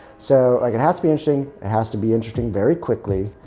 so, like it has to be interesting. it has to be interesting very quickly